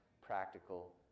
Practical